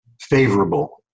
favorable